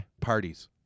parties